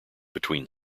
between